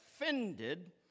offended